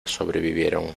sobrevivieron